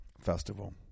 Festival